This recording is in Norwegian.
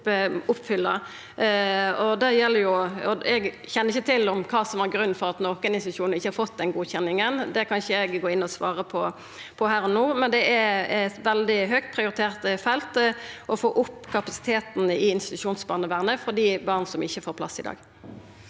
Eg kjenner ikkje til kva som har vore grunnen til at nokre institusjonar ikkje har fått den godkjenninga. Det kan eg ikkje gå inn og svara på her og no, men det er eit veldig høgt prioritert felt å få opp kapasiteten i institusjonsbarnevernet for dei barna som ikkje får plass i dag.